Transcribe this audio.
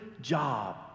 job